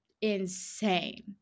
insane